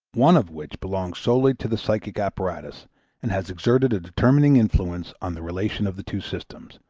one of which belongs solely to the psychic apparatus and has exerted a determining influence on the relation of the two systems,